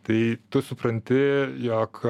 tai tu supranti jog